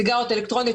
סיגריות אלקטרוניות,